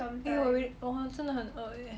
!aiyo! 好像真的很饿 eh